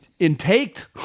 intaked